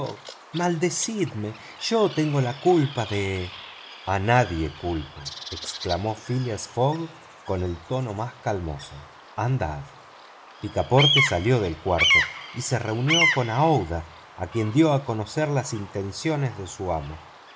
fogg maldecidme yo tengo la culpa de a nadie culpo exclamó phileas fogg con el tono más calmoso andad picaporte salió del cuarto y se reunió con aouida a quien dio a conocer las intenciones de su amo